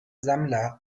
sammler